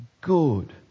good